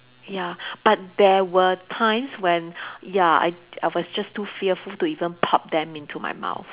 ya but there were times when ya I I was just too fearful to even pop them into my mouth